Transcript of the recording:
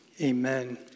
Amen